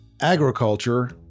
Agriculture